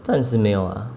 暂时没有啊